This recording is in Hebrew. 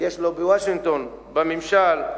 יש לו בוושינגטון, בממשל.